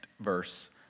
verse